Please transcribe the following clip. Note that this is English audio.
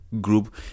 group